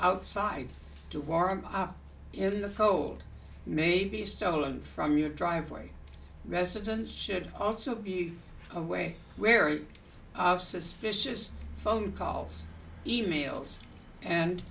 outside to warm up in the cold may be stolen from your driveway residents should also be away wary of suspicious phone calls e mails and